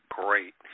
great